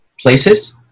places